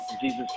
Jesus